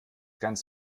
ganz